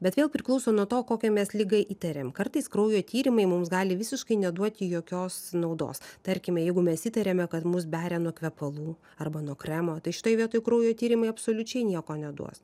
bet vėl priklauso nuo to kokią mes ligai įtariam kartais kraujo tyrimai mums gali visiškai neduoti jokios naudos tarkime jeigu mes įtariame kad mus beria nuo kvepalų arba nuo kremo tai šitoj vietoj kraujo tyrimai absoliučiai nieko neduos